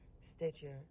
Stitcher